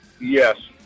Yes